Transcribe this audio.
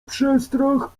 przestrach